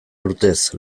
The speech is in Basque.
urtez